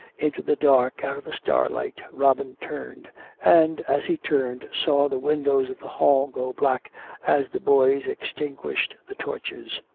into the dark out of the starlight, robin turned and, as he turned, saw the windows of the hall go black as the boys ex tinguished the torches.